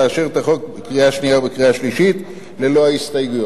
ולאשר את החוק בקריאה השנייה ובקריאה השלישית ללא הסתייגויות.